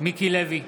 מיקי לוי,